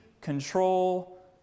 control